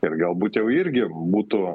ir galbūt jau irgi būtų